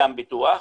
קדם פיתוח,